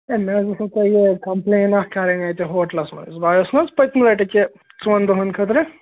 ہے مےٚ حظ ٲسوٕ تۄہہِ یہِ کَمپُلینٛٹ اکھ کَرٕنۍ اَتہِ ہوٹلَس مَنٛز بہٕ آیوس نہَ حظ پٔتۍمہِ لَٹہٕ کہِ ژۅن دۅہَن خٲطرٕ